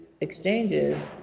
exchanges